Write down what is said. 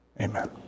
Amen